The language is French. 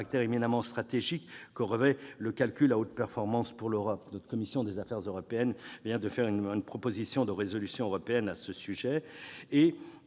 caractère éminemment stratégique que revêt le calcul à haute performance pour l'Europe. Notre commission des affaires européennes vient de faire une proposition de résolution européenne sur ce sujet.